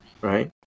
right